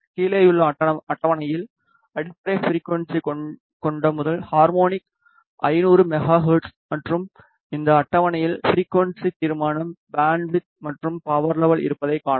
கீழேயுள்ள அட்டவணையில் அடிப்படை ஃபிரிக்குவன்ஸி கொண்ட முதல் ஹார்மோனிக் 500 மெகா ஹெர்ட்ஸ் மற்றும் இந்த அட்டவணையில் ஃபிரிக்குவன்ஸி தீர்மானம் பேண்ட்விட்த் மற்றும் பவர் லெவல் இருப்பதைக் காணலாம்